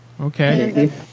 Okay